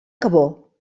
cabó